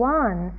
one